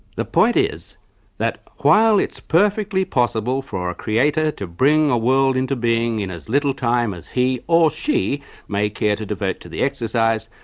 the point is that while it's perfectly possible for a creator to bring a world into being in as little time as he or she may care to devote to the exercise,